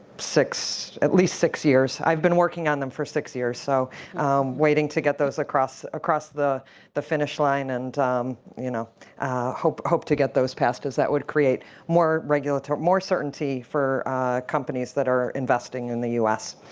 six at least six years. i've been working on them for six years, so waiting to get those across across the the finish line. and you know hope hope to get those passed because that would create more regulatory more certainty for companies that are investing in the us.